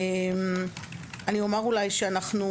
אני אומר שאנחנו